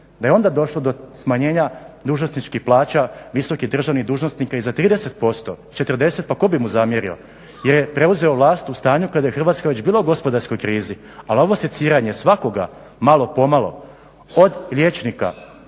Da je onda došlo do smanjenja dužnosničkih plaća, visokih državnih dužnosnika i za 30%, 40, pa tko bi mu zamjerio jer je preuzeo vlast u stanju kada je Hrvatska već bila u gospodarskoj krizi, ali ovo seciranje svakoga malo, pomalo, od liječnika,